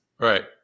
Right